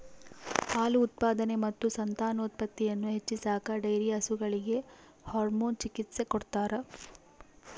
ಹಾಲು ಉತ್ಪಾದನೆ ಮತ್ತು ಸಂತಾನೋತ್ಪತ್ತಿಯನ್ನು ಹೆಚ್ಚಿಸಾಕ ಡೈರಿ ಹಸುಗಳಿಗೆ ಹಾರ್ಮೋನ್ ಚಿಕಿತ್ಸ ಕೊಡ್ತಾರ